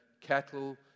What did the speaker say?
cattle